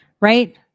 right